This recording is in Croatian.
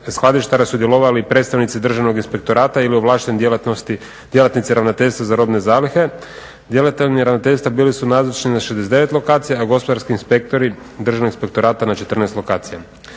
skladištara sudjelovali i predstavnici državnog inspektorata ili ovlašteni djelatnici ravnateljstva za robne zalihe. Djelatnici ravnateljstva bili su nazočni na 69 lokacija a gospodarski inspektori državnog inspektorata na 14 lokacija.